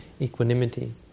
equanimity